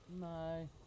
No